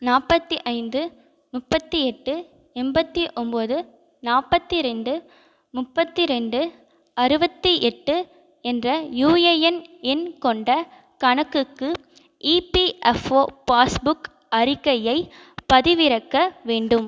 நாற்பத்தி ஐந்து முப்பத்தி எட்டு எண்பத்தி ஒம்போது நாற்பத்தி ரெண்டு முப்பத்தி ரெண்டு அறுபத்தி எட்டு என்ற யூஏஎன் எண் கொண்ட கணக்குக்கு இபிஎஃப்ஓ பாஸ்புக் அறிக்கையை பதிவிறக்க வேண்டும்